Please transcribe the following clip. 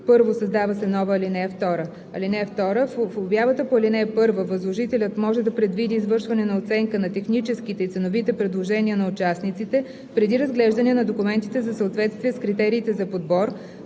„1. Създава се нова ал. 2: „(2) В обявата по ал. 1 възложителят може да предвиди извършване на оценка на техническите и ценовите предложения на участниците преди разглеждане на документите за съответствие с критериите за подбор,